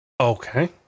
Okay